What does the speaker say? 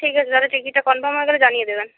ঠিক আছে তাহলে টিকিটটা কনফার্ম হয়ে গেলে জানিয়ে দেবেন